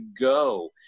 go